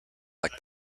like